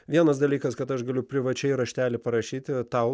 vienas dalykas kad aš galiu privačiai raštelį parašyti tau